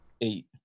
eight